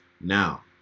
Now